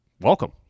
welcome